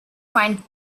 find